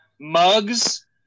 Mugs